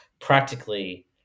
practically